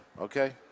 Okay